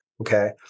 Okay